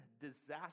disaster